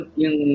yung